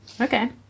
Okay